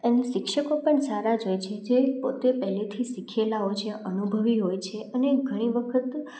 અને શિક્ષકો પણ સારા જ હોય છે જે પોતે પહેલેથી શિખેલાં હોય છે અનુભવી હોય છે અને ઘણી વખત